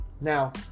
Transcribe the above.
Now